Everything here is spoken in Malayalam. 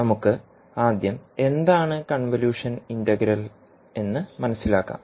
നമുക്ക് ആദ്യം എന്താണ് കൺവല്യൂഷൻ ഇന്റഗ്രൽ എന്ന് മനസിലാക്കാം